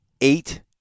eight